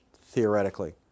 theoretically